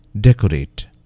Decorate